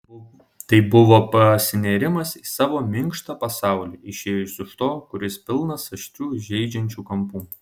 tai buvo pasinėrimas į savo minkštą pasaulį išėjus iš to kuris pilnas aštrių žeidžiančių kampų